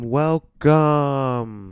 welcome